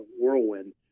whirlwind